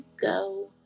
go